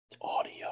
audio